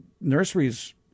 nurseries